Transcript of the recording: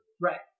Right